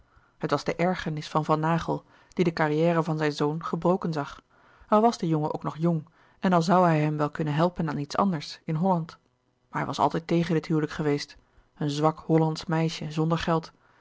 het was de ergernis van van naghel die de carrière van zijn zoon gebroken zag al was de jongen ook nog jong en al zoû hij hem wel kunnen helpen aan iets anders in holland maar hij was altijd tegen dit huwelijk geweest een zwak hollandsch meisje zonder geld